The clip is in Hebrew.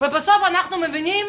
ובסוף אנחנו מבינים